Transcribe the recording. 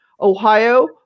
Ohio